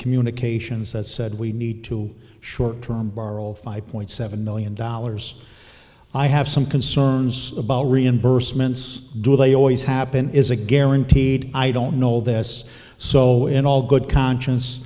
communications that said we need to short term borrow five point seven million dollars i have some concerns about reimbursements do they always happen is a guaranteed i don't know this so in all good conscience